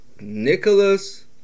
Nicholas